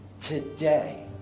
today